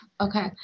Okay